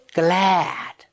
glad